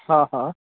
हा हा